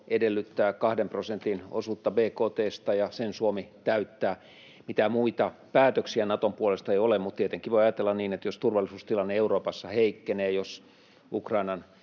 edellyttää kahden prosentin osuutta bkt:stä, ja sen Suomi täyttää. Mitään muita päätöksiä Naton puolesta ei ole, mutta tietenkin voi ajatella niin, että jos turvallisuustilanne Euroopassa heikkenee, jos Venäjän